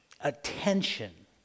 attention